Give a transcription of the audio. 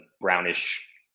brownish